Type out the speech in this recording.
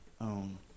own